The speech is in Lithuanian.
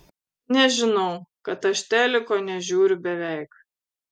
nežinau kad aš teliko nežiūriu beveik